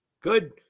Good